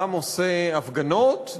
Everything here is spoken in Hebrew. העם עושה הפגנות,